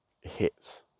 hits